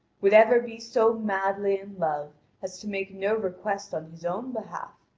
would ever be so madly in love as to make no request on his own behalf,